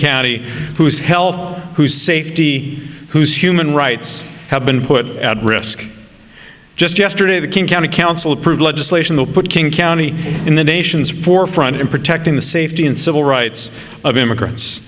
county whose health whose safety whose human rights have been put at risk just yesterday the king county council approved legislation that put king county in the nation's forefront in protecting the safety and civil rights of immigrants